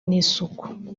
n’isuku